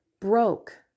broke